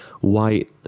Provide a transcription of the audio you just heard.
white